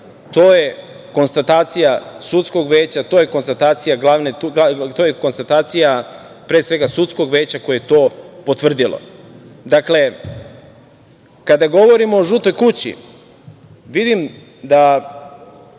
to je konstatacija sudskog veća, to je konstatacija pre svega sudskog veća koje je to potvrdilo. Kada govorimo o „žutoj kući“, vidim da